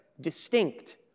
distinct